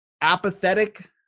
apathetic